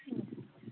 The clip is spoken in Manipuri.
ꯎꯝ